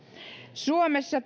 suomessa